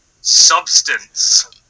Substance